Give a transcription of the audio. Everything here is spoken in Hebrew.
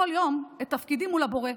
ושאני אזכור כל יום את תפקידי מול הבורא,